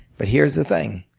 but here's the thing.